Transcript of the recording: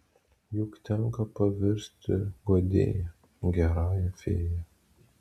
juk tenka pavirsti guodėja gerąją fėja